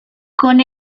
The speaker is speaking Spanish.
con